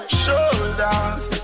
shoulders